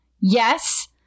yes